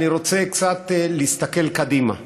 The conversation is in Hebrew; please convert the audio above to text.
אני רוצה להסתכל קצת קדימה,